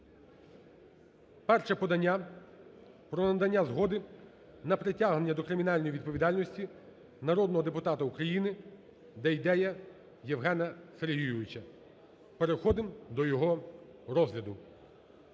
Перше подання про надання згоди на притягнення до кримінальної відповідальності народного депутата України Дейдея Євгена Сергійовича. Переходимо до його розгляду.